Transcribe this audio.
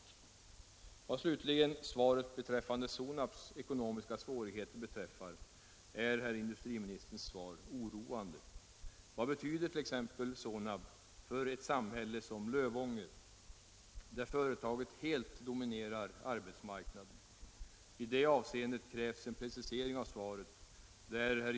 Vad slutligen beträffar Sonabs svårigheter är industriministerns svar oroande. Vad betyder t.ex. Sonab för ett samhälle som Lövånger, där företaget helt dominerar arbetsmarknaden? I det avseendet krävs en precisering av svaret.